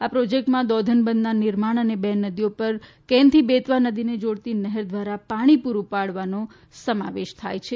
આ પ્રોજેક્ટમાં દૌધન બંધના નિર્માણ અને બે નદીઓ કેન થી બેતવા નદીને જોડતી નહેર દ્વારા પાણી પૂરું પાડવાનો સમાવેશ થાય છે